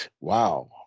wow